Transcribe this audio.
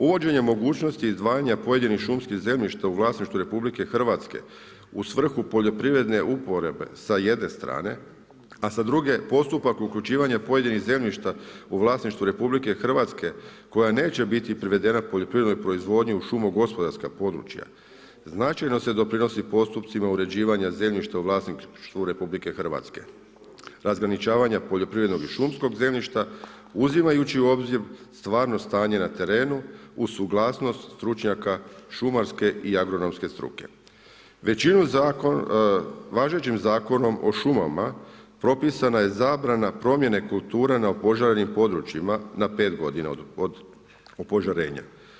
Uvođenje mogućnosti izdvajanja pojedinih šumskih zemljišta u vlasništvu u svrhu poljoprivredne uporabe sa jedne strane a sa druge postupak uključivanja pojedinih zemljišta u vlasništvo RH koja neće biti privedena poljoprivrednoj proizvodnji u šumo-gospodarska područja značajno se doprinosi postupcima uređivanja zemljišta u vlasništvu RH razgraničavanja poljoprivrednog i šumskog zemljišta uzimajući u obzir stvarno stanje na terenu, uz suglasnost stručnjaka šumarske i agronomske struke Važećim Zakonom o šumama propisana je zabrana promjene kultura na opožarenim područjima na 5 godina od opožarenja.